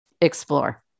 explore